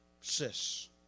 sis